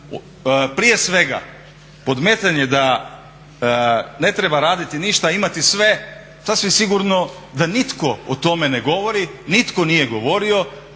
Prije svega podmetanje da ne treba raditi ništa, a imati sve, sasvim sigurno da nitko o tome ne govori, nitko nije govorio